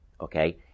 Okay